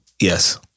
yes